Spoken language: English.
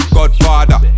Godfather